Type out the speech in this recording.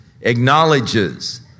acknowledges